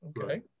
okay